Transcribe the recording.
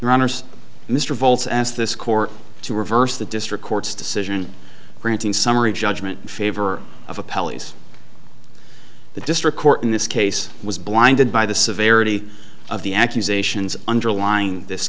runners mr voltz asked this court to reverse the district court's decision granting summary judgment in favor of a pelleas the district court in this case was blinded by the severity of the accusations underlying this